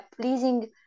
pleasing